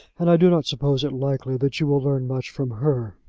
and i do not suppose it likely that you will learn much from her.